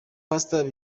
pastor